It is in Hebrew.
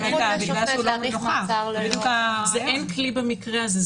אין כלי במקרה הזה.